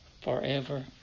forever